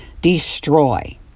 destroy